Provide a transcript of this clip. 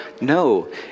No